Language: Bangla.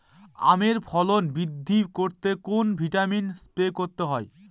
আমের ফলন বৃদ্ধি করতে কোন ভিটামিন স্প্রে করতে হয়?